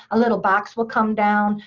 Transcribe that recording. a little box will come down.